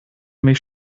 mich